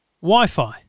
Wi-Fi